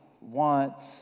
wants